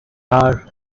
are